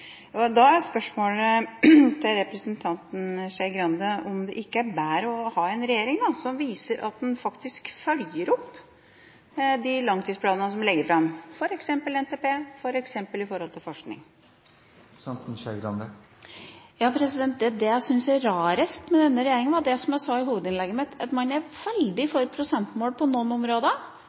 midler. Da er spørsmålet til representanten Skei Grande om det ikke er bedre å ha en regjering som viser at den faktisk følger opp de langtidsplanene som den legger fram, f.eks. i tilknytning til NTP og til forskning. Det jeg syns er rarest med denne regjeringa, er, som jeg sa i hovedinnlegget mitt, at man er veldig for prosentmål på noen områder